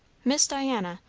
miss diana,